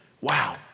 Wow